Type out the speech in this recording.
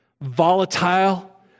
volatile